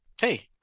hey